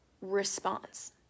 response